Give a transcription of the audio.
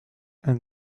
and